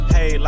Hey